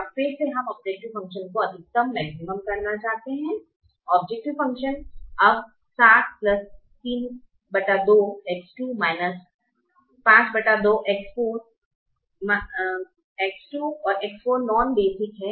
अब फिर से हम ऑब्जेक्टिव फंक्शन को अधिकतम करना चाहते हैं ऑब्जेक्टिव फंक्शन अब 6032X2−52X4 X2 और X4 नॉन बेसिक हैं